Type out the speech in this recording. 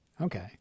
Okay